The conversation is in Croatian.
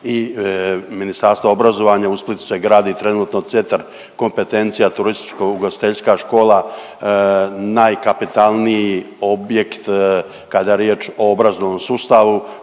i ministarstva obrazovanja. U Splitu se gradi trenutno Centar kompetencija, Turističko ugostiteljska škola, najkapitalniji objekt kada je riječ o obrazovnom sustavu.